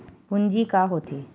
पूंजी का होथे?